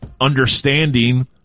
understanding